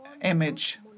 image